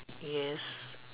yes